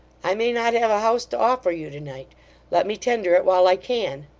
i may not have a house to offer you to-night let me tender it while i can.